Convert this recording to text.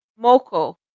Moko